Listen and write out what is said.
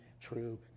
true